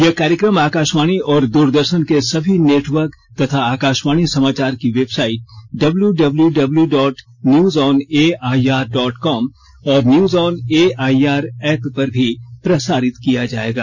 यह कार्यक्रम आकाशवाणी और दूरदर्शन के सभी नेटवर्क तथा आकशवाणी समाचार की website W W W W dot news on AIR dot com और न्यूज ऑन एआईआर एप पर भी प्रसारित किया जाएगा